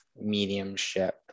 mediumship